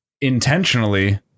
intentionally